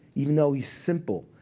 even though he's simple.